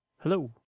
Hello